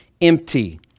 empty